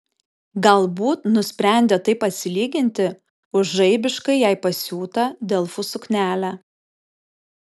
galbūt nusprendė taip atsilyginti už žaibiškai jai pasiūtą delfų suknelę